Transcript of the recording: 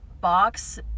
box